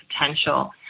potential